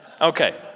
Okay